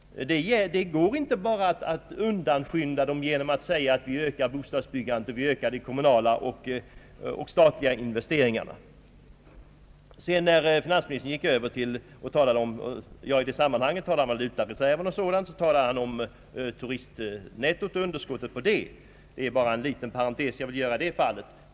Det går inte bara att undanskymma den genom att säga att vi ökar bostadsbyggandet och de kommunala och statliga investeringarna. I samband med sin utläggning om valutareserven nämnde finansministern också underskott i turistnettot. Jag vill bara göra en liten parentetisk fråga i det fallet.